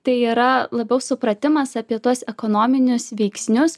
tai yra labiau supratimas apie tuos ekonominius veiksnius